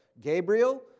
Gabriel